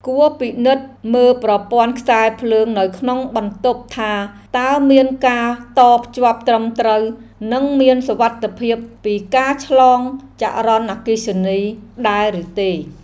គួរពិនិត្យមើលប្រព័ន្ធខ្សែភ្លើងនៅក្នុងបន្ទប់ថាតើមានការតភ្ជាប់ត្រឹមត្រូវនិងមានសុវត្ថិភាពពីការឆ្លងចរន្តអគ្គិសនីដែរឬទេ។